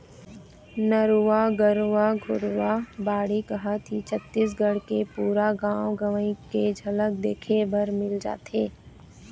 नरूवा, गरूवा, घुरूवा, बाड़ी कहत ही छत्तीसगढ़ के पुरा गाँव गंवई के झलक देखे बर मिल जाथे